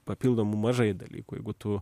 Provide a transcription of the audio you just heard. papildomų mažai dalykų jeigu tu